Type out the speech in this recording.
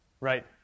Right